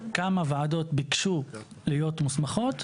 רוצים למכור קרקעות,